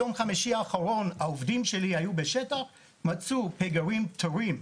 ביום חמישי האחרון העובדים שלי היו בשטח ומצאו פגרים טריים,